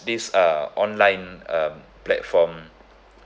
these uh online um platform